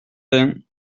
vingt